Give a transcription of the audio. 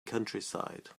countryside